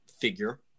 figure